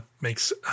makes